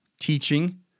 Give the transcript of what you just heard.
teaching